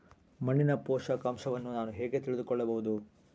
ಮಣ್ಣಿನ ಪೋಷಕಾಂಶವನ್ನು ನಾನು ಹೇಗೆ ತಿಳಿದುಕೊಳ್ಳಬಹುದು?